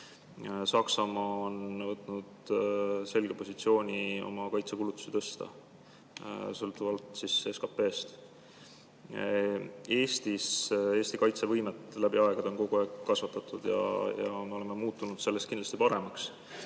Saksamaa on võtnud selge positsiooni oma kaitsekulutusi SKP suhtes tõsta. Eesti kaitsevõimet on kogu aeg kasvatatud ja me oleme muutunud selles kindlasti paremaks.